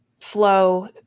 flow